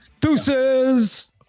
Deuces